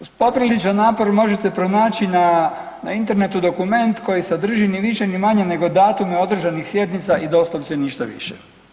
Uz popriličan napor možete pronaći na Internetu dokument koji sadrži ni više ni manje nego datume održanih sjednica i doslovce ništa više.